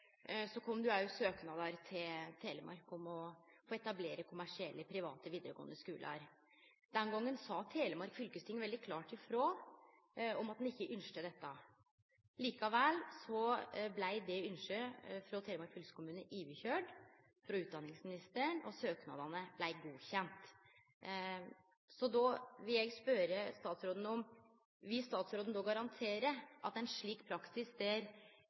kom det òg søknadar til Telemark fylkesting om å få etablere kommersielle, private vidaregåande skular. Den gongen sa Telemark fylkesting veldig klart frå om at ein ikkje ynskte dette. Likevel blei det ynsket frå Telemark fylkeskommune køyrt over av utdanningsministeren, og søknadane blei godkjende. Då vil eg spørje statsråden: Vil han garantere at ein praksis der